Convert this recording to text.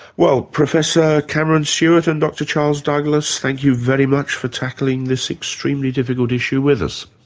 well professor cameron stewart and dr charles douglas, thank you very much for tackling this extremely difficult issue with us.